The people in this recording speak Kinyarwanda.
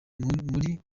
muri